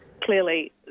clearly